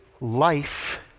Life